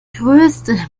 größte